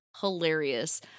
hilarious